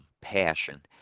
passion